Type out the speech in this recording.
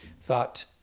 thought